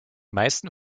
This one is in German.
meisten